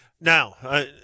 Now